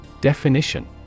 Definition